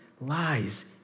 lies